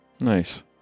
Nice